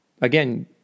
again